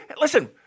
Listen